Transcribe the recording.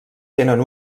tenen